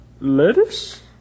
Lettuce